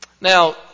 Now